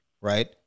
right